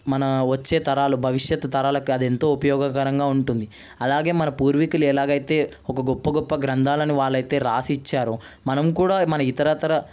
మన వచ్చే తరాలు భవిష్యత్తు తరాలకు అది ఎంతో ఉపయోగకరంగా ఉంటుంది అలాగే మన పూర్వీకులు ఎలాగైతే ఒక గొప్ప గొప్ప గ్రంథాలను వాళ్లైతే రాసిచ్చారో మనం కూడా మన ఇతరత్ర